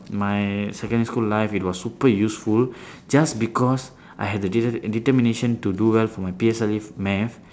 my secondary school life it was super useful just because I had the deter~ determination to do well for my P_S_L_E math